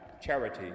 charity